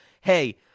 hey